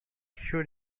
should